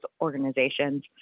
organizations